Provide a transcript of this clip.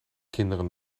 kinderen